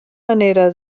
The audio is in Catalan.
manera